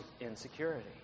insecurity